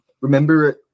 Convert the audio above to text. remember